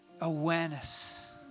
awareness